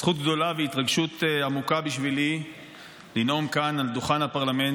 זכות גדולה והתרגשות עמוקה בשבילי לנאום כאן על דוכן הפרלמנט